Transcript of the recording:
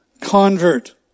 convert